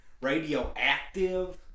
radioactive